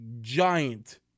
giant